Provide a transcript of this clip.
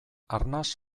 arnas